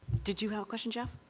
did you have a question, jeff?